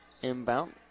inbound